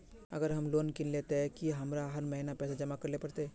अगर हम लोन किनले ते की हमरा हर महीना पैसा जमा करे ले पड़ते?